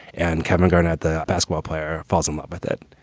and kevin garnett, the basketball player, falls in love with it.